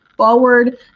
Forward